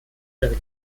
ihre